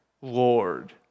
Lord